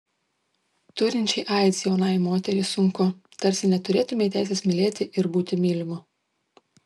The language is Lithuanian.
turinčiai aids jaunai moteriai sunku tarsi neturėtumei teisės mylėti ir būti mylimu